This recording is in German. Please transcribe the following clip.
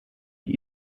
die